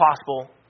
possible